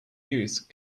use